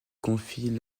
confient